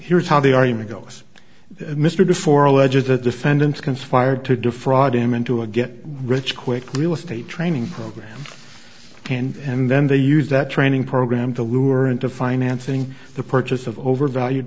here's how the argument goes mr before alleges that defendants conspired to defraud him into a get rich quick real estate training program and then they use that training program to lure into financing the purchase of overvalued